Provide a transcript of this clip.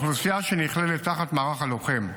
האוכלוסייה שנכללת תחת המערך הלוחם,